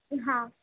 હા